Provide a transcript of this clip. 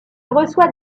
reçoit